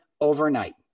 overnight